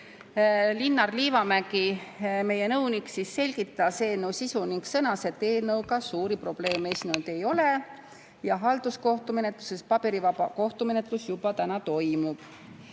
Linnar Liivamägi, meie nõunik, selgitas eelnõu sisu ning sõnas, et eelnõuga suuri probleeme esinenud ei ole ja halduskohtumenetluses paberivaba kohtumenetlus juba toimub.